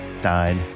died